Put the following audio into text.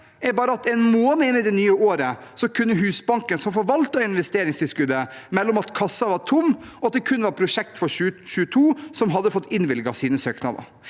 er bare at en måned inn i det nye året kunne Husbanken, som forvalter investeringstilskuddet, melde om at kassen var tom, og at det kun var prosjekter for 2022 som hadde fått innvilget sine søknader.